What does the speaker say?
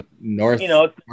North